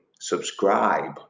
subscribe